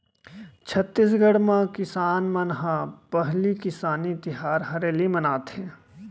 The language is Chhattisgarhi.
छत्तीसगढ़ म किसान मन ह पहिली किसानी तिहार हरेली मनाथे